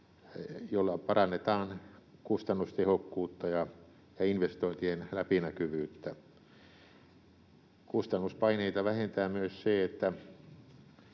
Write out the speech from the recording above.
jolla parannetaan kustannustehokkuutta ja investointien läpinäkyvyyttä. Kustannuspaineita vähentää myös se, että